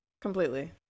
Completely